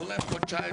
תנו להם חודשיים,